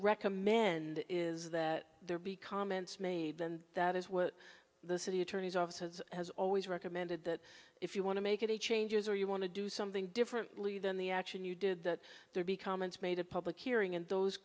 recommend is that there be comments made and that is what the city attorney's office has has always recommended that if you want to make any changes or you want to do something differently than the action you did that there be comments made a public hearing and those